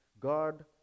God